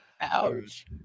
Ouch